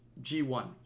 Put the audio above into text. G1